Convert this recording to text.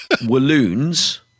Walloons